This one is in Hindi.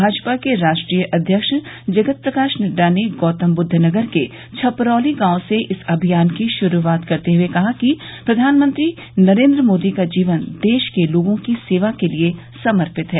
भाजपा के राष्ट्रीय अध्यक्ष जगत प्रकाश नड्डा ने गौतम बुद्दनगर के छपरौली गांव से इस अभियान की शुरूआत करते हुए कहा कि प्रधानमंत्री नरेन्द्र मोदी का जीवन देश के लोगों की सेवा के लिए समर्पित है